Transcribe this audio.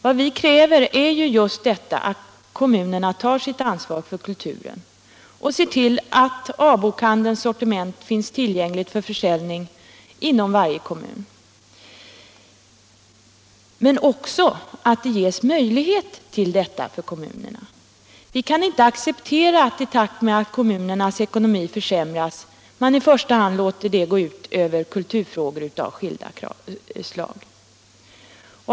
Vad vi kräver är ju just detta att kommunerna tar sitt ansvar för kulturen och ser till att A-bokhandelns sortiment finns tillgängligt för försäljning inom varje kommun men också att kommunerna ges möjligheter härtill. Vi kan inte acceptera att man i takt med att kommunernas ekonomi försämras låter detta gå ut över i första hand kulturfrågor av skilda slag.